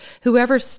Whoever